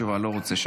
בבקשה.